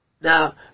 Now